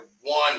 one